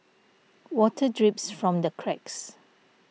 water drips from the cracks